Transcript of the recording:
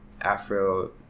Afro